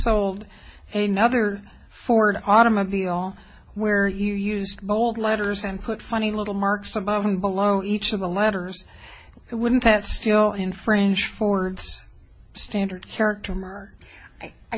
sold a nother ford automobile where you used bold letters and put funny little marks above and below each of the letters wouldn't that still infringe forwards standard character